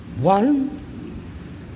One